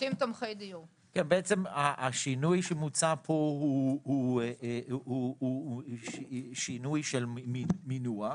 השינוי שמוצע פה הוא שינוי של מינוח.